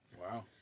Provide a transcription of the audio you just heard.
Wow